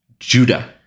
judah